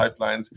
pipelines